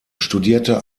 studierte